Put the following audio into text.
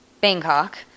Bangkok